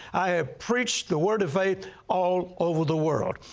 i have preached the word of faith all over the world.